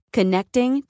Connecting